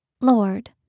Lord